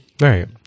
Right